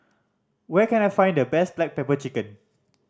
where can I find the best black pepper chicken